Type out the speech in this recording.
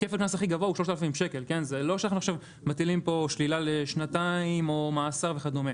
זה לא אנחנו עכשיו מטילים כאן שלילה לשנתיים או מאסר וכדומה.